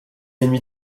ennemi